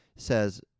Says